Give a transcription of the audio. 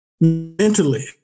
mentally